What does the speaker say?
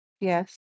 Yes